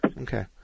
Okay